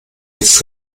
jetzt